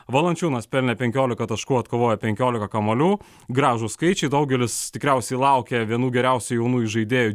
valančiūnas pelnė penkiolika taškų atkovojo penkiolika kamuolių gražūs skaičiai daugelis tikriausiai laukia vienų geriausių jaunųjų žaidėjų